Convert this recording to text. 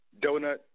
donut